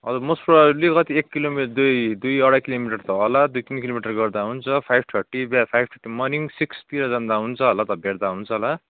हजुर most probably कति एक किलोमिटर दुई दुई अढाइ किलोमिटर त होला दुई तिन किलोमिटर गर्दा हुन्छ five thirty five thirty morning six जाँदा हुन्छ होला भेट्दा हुन्छ होला